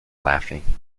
laughing